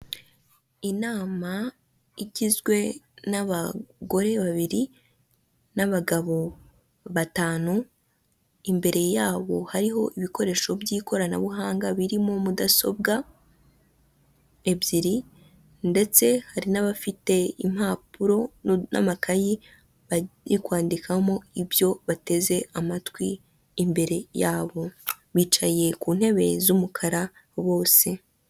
Inama igizwe n'abagore babiri n'abagabo batanu imbere yabo hariho ibikoresho by'ikoranabuhanga biririmo mudasobwa ebyiri ndetse hari n'abafite impapuro n'amakayi bagiye kwandikamo ibyo bateze amatwi imbere yabo bicaye ku ntebe z'umukara bose.